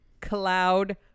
cloud